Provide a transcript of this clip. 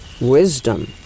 Wisdom